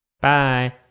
bye